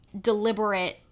deliberate